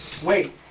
Wait